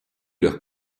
leur